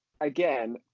Again